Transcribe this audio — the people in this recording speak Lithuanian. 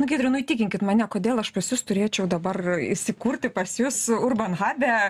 nu giedriau nu įtikinkit mane kodėl aš pas jus turėčiau dabar įsikurti pas jus urbanhabe